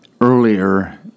earlier